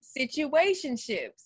situationships